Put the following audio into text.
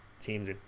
teams